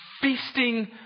feasting